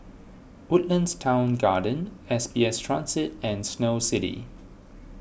Woodlands Town Garden S B S Transit and Snow City